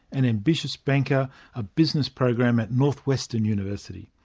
an ambitious banker a business program at northwestern university.